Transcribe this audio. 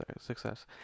success